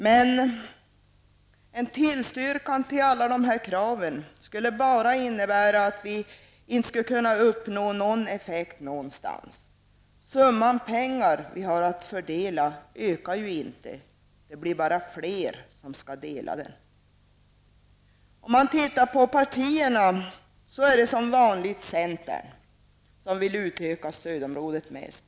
Men en tillstyrkan beträffande alla dessa krav skulle bara innebära att det inte skulle bli någon effekt någonstans. Den summa pengar som vi har att fördela blir ju inte större. I stället är det så, att det blir fler som skall dela på den summan. Beträffande partierna är det som vanligt centern som vill utöka stödområdet mest.